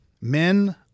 men